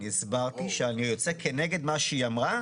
אני הסברתי שאני יוצא כנגד מה שהיא אמרה,